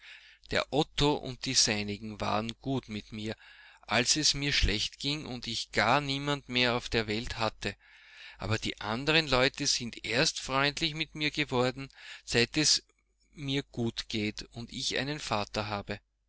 der otto und die seinigen waren gut mit mir als es mir schlecht ging und ich gar niemand mehr auf der welt hatte aber die anderen leute sind erst freundlich mit mir geworden seit es mir gut geht und ich einen vater habe